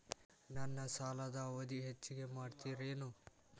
ನನ್ನ ಸಾಲದ ಅವಧಿ ಹೆಚ್ಚಿಗೆ ಮಾಡ್ತಿರೇನು?